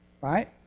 right